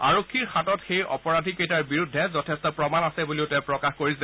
আৰক্ষীৰ হাতত সেই অপৰাধীকেইটাৰ বিৰুদ্ধে যথেষ্ট প্ৰমাণ আছে বুলি তেওঁ প্ৰকাশ কৰিছে